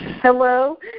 Hello